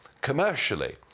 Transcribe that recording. commercially